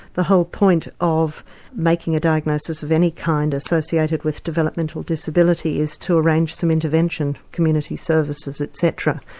the whole point of making a diagnosis of any kind associated with developmental disability is to arrange some intervention, community services, etc.